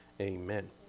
Amen